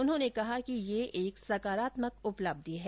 उन्होंने कहा कि यह एक सकारात्मक उपलब्धि है